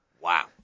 Wow